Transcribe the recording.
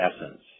essence